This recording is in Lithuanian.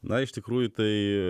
na iš tikrųjų tai